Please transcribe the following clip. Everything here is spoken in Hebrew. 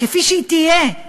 כפי שהיא תהיה,